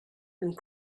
and